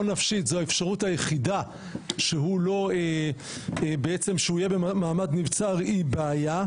נפשית זו האפשרות היחידה שהוא יהיה במעמד נבצר היא בעיה,